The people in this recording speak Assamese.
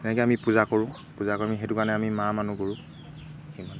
এনেকৈ আমি পূজা কৰোঁ পূজা কৰোঁ আমি সেইটো কাৰণে আমি মা মানো গৰুক সিমানেই